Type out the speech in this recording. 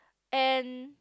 and